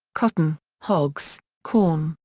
cotton, hogs, corn,